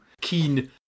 keen